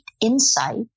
insight